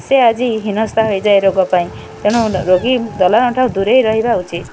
ସେ ଆଜି ହିନସ୍ତା ହେଇଯାଏ ରୋଗ ପାଇଁ ତେଣୁ ରୋଗୀ ଦଲାଲଙ୍କ ଠାରୁ ଦୁରେଇ ରହିବା ଉଚିତ